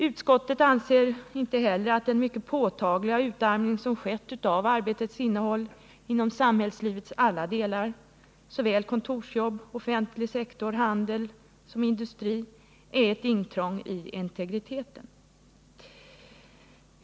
Utskottet anser inte heller att den mycket påtagliga utarmning som skett av arbetets innehåll inom samhällslivets alla delar — såväl inom kontorsjobb och offentlig sektor som inom handel och industri — är ett intrång i integriteten.